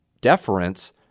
deference